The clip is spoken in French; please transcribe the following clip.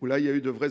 où là il y a eu de vrais